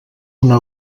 una